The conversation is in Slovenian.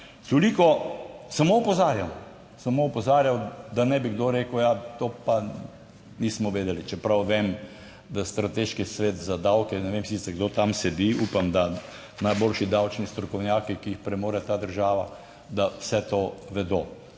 samo opozarjam, da ne bi kdo rekel ja, to pa nismo vedeli, čeprav vem, da Strateški svet za davke, ne vem sicer kdo tam sedi, upam da najboljši davčni strokovnjaki, ki jih premore ta država, da vse to vedo.